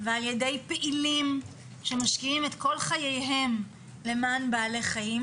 ועל-ידי פעילים שמשקיעים את כל חייהם למען בעלי חיים,